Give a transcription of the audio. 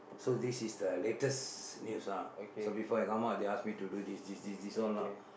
so this is the latest news ah so before I come out they ask me do this this this all lah